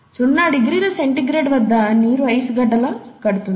0 degree C వద్ద నీరు ice లా గడ్డ కడుతుంది